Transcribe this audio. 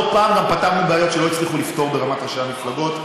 לא פעם גם פתרנו בעיות שלא הצליחו לפתור ברמת ראשי המפלגות,